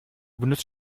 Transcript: benutzt